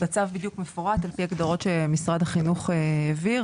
בדיוק מפורט על פי הגדרות שמשרד החינוך העביר,